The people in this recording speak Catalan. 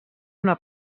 una